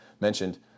mentioned